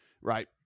Right